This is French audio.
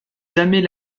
jamais